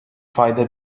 fayda